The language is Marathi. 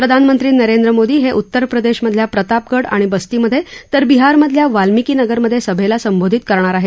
प्रधानमंत्री नरेंद्र मोदी हे उत्तर प्रदेशमधल्या प्रतापगड आणि बस्तीमध्ये तर बिहारमधल्या वाल्मिकीनगरमधे सभेला संबोधित करणार आहेत